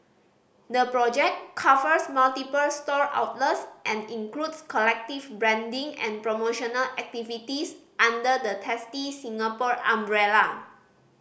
the project covers multiple store outlets and includes collective branding and promotional activities under the Tasty Singapore umbrella